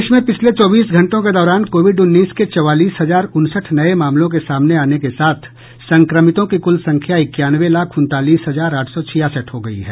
देश में पिछले चौबीस घंटों के दौरान कोविड उन्नीस के चौवालीस हजार उनसठ नये मामलों के सामने आने के साथ संक्रमितों की कुल संख्या इक्यानवे लाख उनतालीस हजार आठ सौ छियासठ हो गई है